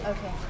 Okay